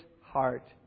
heart